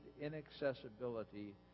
inaccessibility